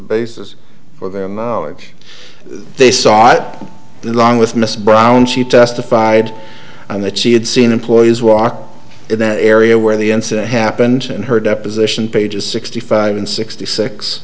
basis for their knowledge they sought out the along with miss brown she testified on that she had seen employees walk in that area where the incident happened in her deposition pages sixty five and sixty six